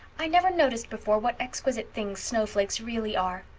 i never noticed before what exquisite things snowflakes really are.